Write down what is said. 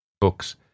books